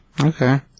okay